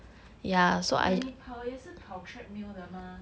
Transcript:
but 你跑也是跑 treadmill 的 mah